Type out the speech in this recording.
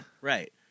Right